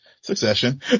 succession